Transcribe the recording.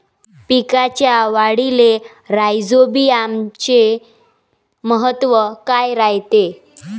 पिकाच्या वाढीले राईझोबीआमचे महत्व काय रायते?